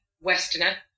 Westerner